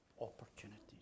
opportunities